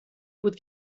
بود